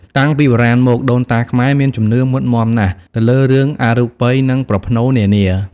តាំងពីបុរាណមក ដូនតាខ្មែរមានជំនឿមុតមាំណាស់ទៅលើរឿងអរូបិយ និងប្រផ្នូលនានា។